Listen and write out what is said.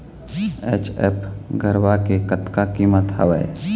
HF गरवा के कतका कीमत हवए?